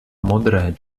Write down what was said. modré